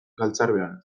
galtzarbean